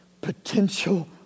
potential